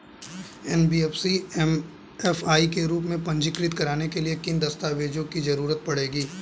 NBFC MFI के रूप में पंजीकृत कराने के लिए किन किन दस्तावेजों की जरूरत पड़ेगी?